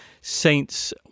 Saints